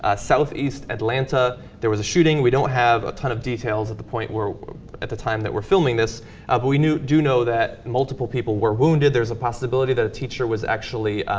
ah southeast atlanta there was a shooting we don't have a ton of details of the point world at the time that were filming this up we knew do know that multiple people were wounded there's a possibility that teacher was actually